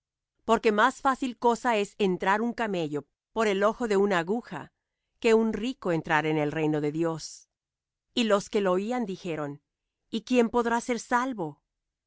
porque más fácil cosa es entrar un camello por el ojo de una aguja que un rico entrar en el reino de dios y los que lo oían dijeron y quién podrá ser salvo